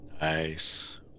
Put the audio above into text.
nice